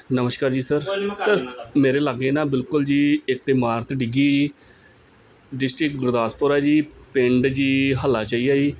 ਨਮਸਕਾਰ ਜੀ sir sir ਮੇਰੇ ਲਾਗੇ ਨਾ ਬਿਲਕੁਲ ਜੀ ਇੱਕ ਇਮਾਰਤ ਡਿੱਗੀ ਡਿਸਟ੍ਰਿਕਟ ਗੁਰਦਾਸਪੁਰ ਹੈ ਜੀ ਪਿੰਡ ਜੀ ਹੱਲਾ 'ਚ ਹੀ ਹੈ ਜੀ